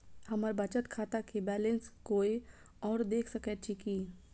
हम्मर बचत खाता केँ बैलेंस कोय आओर देख सकैत अछि की